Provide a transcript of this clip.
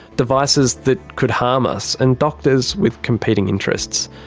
devices that could harm us, and doctors with competing interests.